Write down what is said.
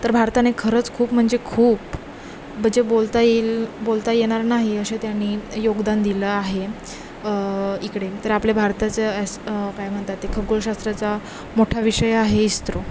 तर भारताने खरंच खूप म्हणजे खूप म्हणजे बोलता येईल बोलता येणार नाही असे त्यांनी योगदान दिलं आहे इकडे तर आपल्या भारताचं असे काय म्हणतात ते खगोलशास्त्राचा मोठा विषय आहे इस्त्रो